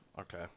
Okay